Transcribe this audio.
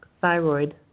thyroid